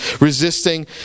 resisting